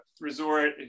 resort